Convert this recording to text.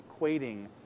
equating